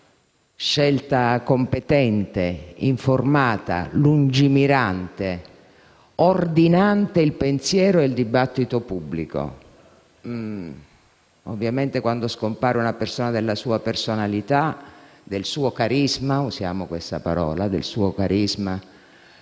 scelta competente, informata, lungimirante, ordinante il pensiero e il dibattito pubblico. Ovviamente, quando scompare un uomo della sua personalità e - usiamo questa parola - del suo carisma